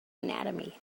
anatomy